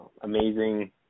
amazing